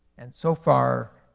and so far,